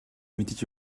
мэдэж